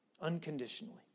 unconditionally